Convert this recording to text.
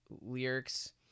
lyrics